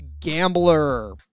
GAMBLER